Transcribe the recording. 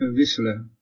wisselen